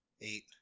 eight